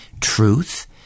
truth